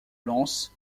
lens